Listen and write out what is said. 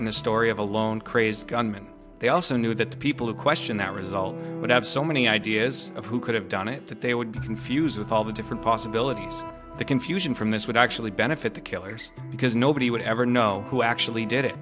in the story of a lone crazed gunman they also knew that people who question that result would have so many ideas of who could have done it that they would be confused with all the different possibilities the confusion from this would actually benefit the killers because nobody would ever know who actually did it